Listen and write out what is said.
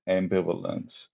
ambivalence